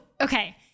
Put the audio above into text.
okay